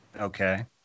Okay